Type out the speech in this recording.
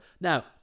Now